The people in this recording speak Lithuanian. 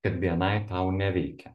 kad bni tau neveikia